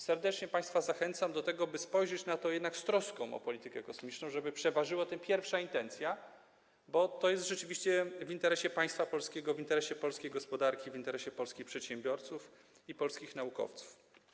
Serdecznie państwa zachęcam do tego, by jednak spojrzeć z troską na politykę kosmiczną, żeby przeważyła ta pierwsza intencja, bo to jest rzeczywiście w interesie państwa polskiego, w interesie polskiej gospodarki, w interesie polskich przedsiębiorców i polskich naukowców.